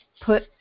Put